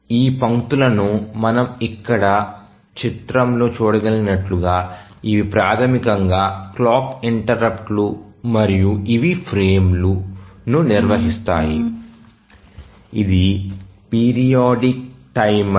ఈ పంక్తులను మనం ఇక్కడ చిత్రంలో చూడగలిగినట్లుగా ఇవి ప్రాథమికంగా క్లాక్ ఇంటెర్రుప్ట్లు మరియు ఇవి ఫ్రేమ్లను నిర్వహిస్తాయి ఇది పిరియాడిక్ టైమర్